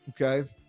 Okay